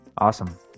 Awesome